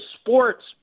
sports